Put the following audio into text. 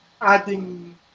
adding